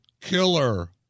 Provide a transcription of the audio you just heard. Killer